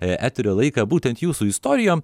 eterio laiką būtent jūsų istorijom